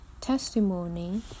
testimony